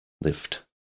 lift